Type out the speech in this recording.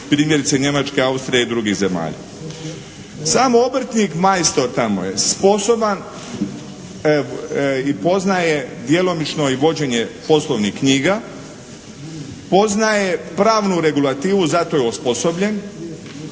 primjerice Njemačke, Austrije i drugih zemalja. Samo obrtnik majstor tamo je sposoban i poznaje djelomično i vođenje poslovnih knjiga, poznaje pravnu regulativu, za to je osposobljen,